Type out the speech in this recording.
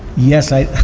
yes, i,